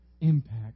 impact